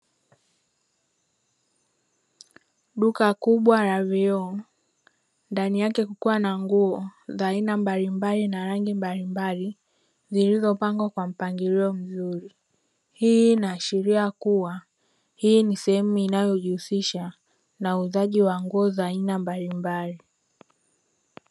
Duka kubwa la vioo ndani yake kukiwa na nguo za aina mbalimbali na rangi mbalimbali zilizopangwa kwa mpangilio mzuri, hii inaashiria kuwa hii ni sehemu inayojihusisha na uuzaji wa nguo za aina mbalimbali.